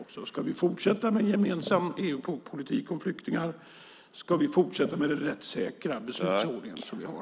Ska vi fortsätta med en gemensam EU-politik om flyktingar? Ska vi fortsätta med den rättssäkra beslutsordning som vi har?